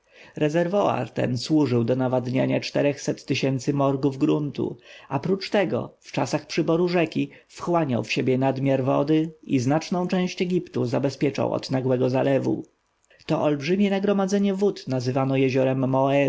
ten służył do nawadniania czterechset tysięcy morgów gruntu a prócz tego w czasach przyboru rzeki wchłaniał w siebie nadmiar wody i znaczną część egiptu zabezpieczał od nagłego zalewu to olbrzymie nagromadzenie wód nazywano jeziorem moeris